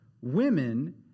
women